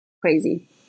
crazy